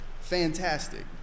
Fantastic